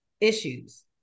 issues